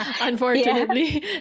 unfortunately